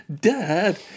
Dad